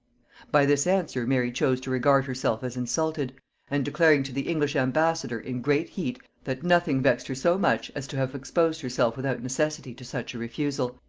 by this answer mary chose to regard herself as insulted and declaring to the english ambassador in great heat that nothing vexed her so much as to have exposed herself without necessity to such a refusal,